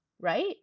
right